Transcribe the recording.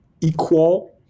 equal